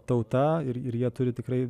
tauta ir ir jie turi tikrai